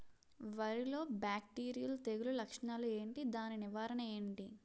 వరి లో బ్యాక్టీరియల్ తెగులు లక్షణాలు ఏంటి? దాని నివారణ ఏంటి?